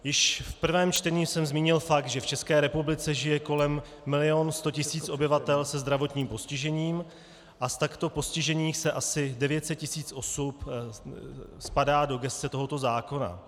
Již v prvém čtení jsem zmínil fakt, že v České republice žije kolem 1 100 tis. obyvatel se zdravotním postižením a z takto postižených asi 900 tis. osob spadá do gesce tohoto zákona.